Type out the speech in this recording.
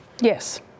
Yes